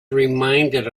reminded